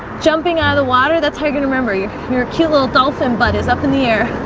jumping out of the water. that's how you gonna remember you your cute little dolphin butt is up in the air